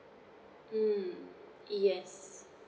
mm yes